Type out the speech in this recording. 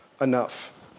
enough